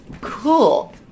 cool